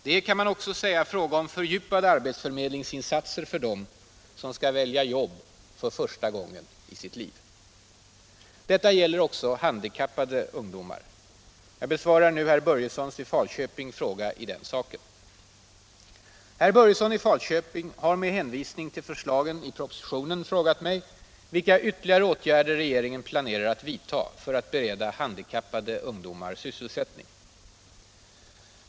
Det är, kan man också säga, fråga om fördjupade arbetsförmedlingsinsatser för dem, som skall välja jobb för första gången i sitt liv. Detta gäller också handikappade ungdomar. Jag besvarar nu herr Börjessons i Falköping fråga i den saken. Herr Börjesson i Falköping har med hänvisning till förslag i propositionen 1975/76:211 frågat mig vilka ytterligare åtgärder regeringen planerar att vidta för att bereda handikappade ungdomar sysselsättning.